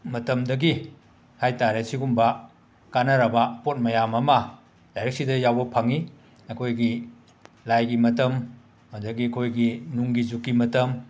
ꯃꯇꯝꯗꯒꯤ ꯍꯥꯏ ꯇꯥꯔꯦ ꯁꯤꯒꯨꯝꯕ ꯀꯥꯟꯅꯔꯕ ꯄꯣꯠ ꯃꯌꯥꯝ ꯑꯃ ꯂꯥꯏꯔꯤꯛꯁꯤꯗ ꯌꯥꯎꯕ ꯐꯡꯉꯤ ꯑꯩꯈꯣꯏꯒꯤ ꯂꯥꯏꯒꯤ ꯃꯇꯝ ꯑꯗꯒꯤ ꯑꯩꯈꯣꯏꯒꯤ ꯅꯨꯡꯒꯤ ꯖꯨꯛꯀꯤ ꯃꯇꯝ